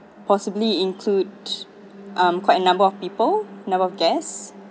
possibly includes um quite a number of people number of guests